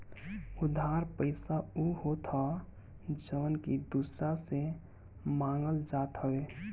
उधार पईसा उ होत हअ जवन की दूसरा से मांगल जात हवे